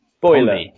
Boiler